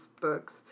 books